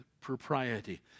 propriety